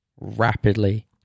rapidly